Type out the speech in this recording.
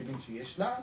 בכלים שיש לה,